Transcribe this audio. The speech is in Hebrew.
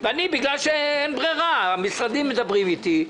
ואני בלית ברירה המשרדים מדברים איתי,